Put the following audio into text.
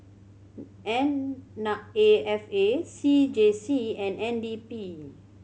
N Na A F A C J C and N D P